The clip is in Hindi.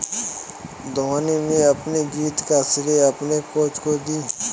धोनी ने अपनी जीत का श्रेय अपने कोच को दी